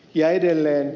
ja edelleen